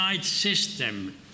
system